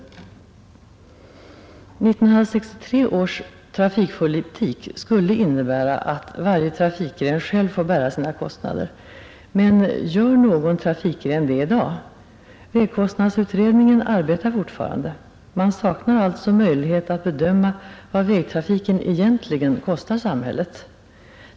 1963 års trafikpolitik skulle innebära att varje trafikgren själv fick bära sina kostnader. Men gör någon trafikgren det i dag? Vägkostnadsutredningen arbetar fortfarande. Man saknar alltså möjlighet att bedöma vad vägtrafiken egentligen kostar samhället.